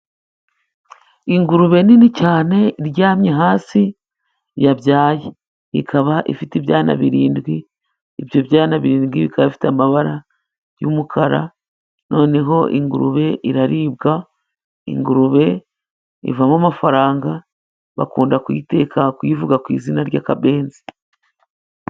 Ingurube nini cyane. Iryamye hasi yabyaye. Ikaba ifite ibyana birindwi. Ibyo byana birindwi bikaba ifite amabara y'umukara. Noneho ingurube iraribwa. Ingurube ivamo amafaranga bakunda kuyiteka, kuyivuga ku izina rya kabenzi.